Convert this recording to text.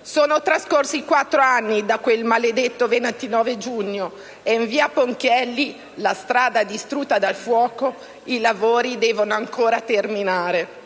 Sono trascorsi quattro anni da quel maledetto 29 giugno e in via Ponchielli (la strada distrutta dal fuoco) i lavori devono ancora terminare.